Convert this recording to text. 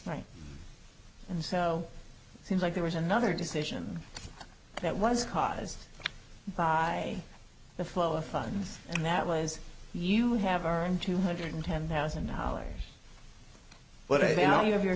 right and so it seems like there was another decision that was caused by the flow of funds and that was you have earned two hundred ten thousand dollars but i know you have your